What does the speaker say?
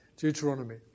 Deuteronomy